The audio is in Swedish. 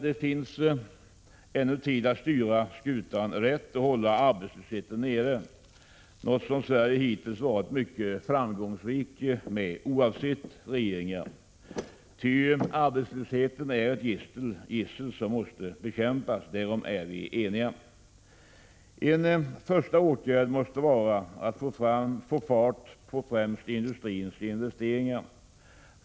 Det finns ännu tid att styra skutan rätt och hålla arbetslösheten nere — något som Sverige hittills varit mycket framgångsrikt med, oavsett regering. Arbetslösheten är ett gissel som måste bekämpas, därom är vi eniga, En första åtgärd måste vara att få fart på främst industrins investeringar.